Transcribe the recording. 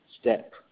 step